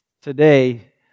today